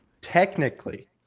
Technically